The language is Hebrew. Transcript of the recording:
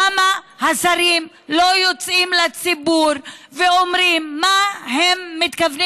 למה השרים לא יוצאים לציבור ואומרים מה הם מתכוונים